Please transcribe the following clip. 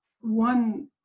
one